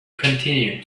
continue